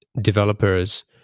developers